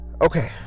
okay